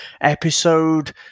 episode